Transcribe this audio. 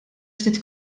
ftit